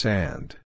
Sand